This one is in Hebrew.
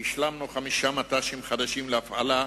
השלמנו חמישה מט"שים חדשים להפעלה.